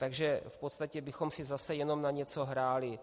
Takže v podstatě bychom si zase jenom na něco hráli.